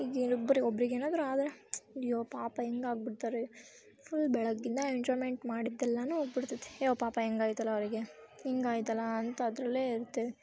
ಈಗೇನು ಒಬ್ರಿಗೆ ಒಬ್ರಿಗೆ ಏನಾದರೂ ಆದ್ರೆ ಅಯ್ಯೋ ಪಾಪ ಹೆಂಗಾಗ್ಬಿಡ್ತಾರೆ ಫುಲ್ ಬೆಳಗ್ಗಿಂದ ಎಂಜಾಯ್ಮೆಂಟ್ ಮಾಡಿದ್ದೆಲ್ಲವೂ ಹೋಗ್ಬಿಡ್ತೈತಿ ಅಯ್ಯೋ ಪಾಪ ಹೆಂಗಾಯ್ತಲ್ಲ ಅವರಿಗೆ ಹಿಂಗಾಯ್ತಲ್ಲ ಅಂತ ಅದರಲ್ಲೇ ಇರ್ತೀವಿ